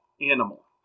animal